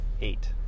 Eight